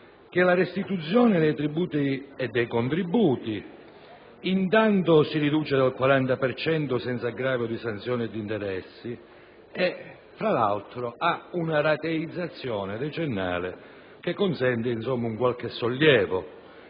che la restituzione dei tributi e dei contributi intanto si riduce al 40 per cento senza aggravio di sanzioni e di interessi, fra l'altro con una rateizzazione decennale che consente un qualche sollievo.